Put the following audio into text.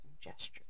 gestures